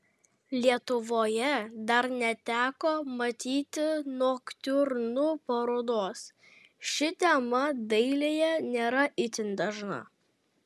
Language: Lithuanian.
lietuvoje dar neteko matyti noktiurnų parodos ši tema dailėje nėra itin dažna